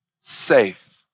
safe